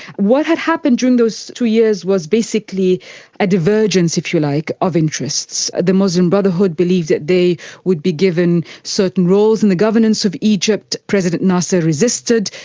what had happened during those two years was basically a divergence, if you like, of interests. the muslim brotherhood believed that they would be given certain roles in the governance of egypt, president nasser resisted.